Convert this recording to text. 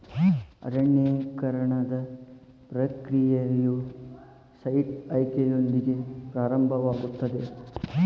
ಅರಣ್ಯೇಕರಣದ ಪ್ರಕ್ರಿಯೆಯು ಸೈಟ್ ಆಯ್ಕೆಯೊಂದಿಗೆ ಪ್ರಾರಂಭವಾಗುತ್ತದೆ